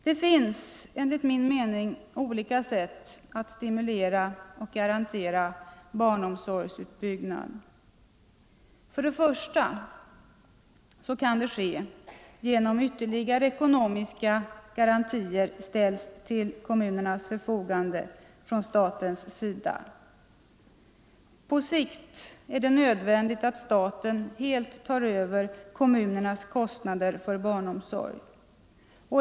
Det finns enligt min mening olika sätt att stimulera och garantera barnomsorgsutbyggnad. För det första kan det ske genom att ytterligare ekonomiska garantier ställs till kommunernas förfogande från statens sida. På sikt är det nödvändigt att staten helt tar över kommunernas kostnader för barnomsorg.